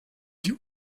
die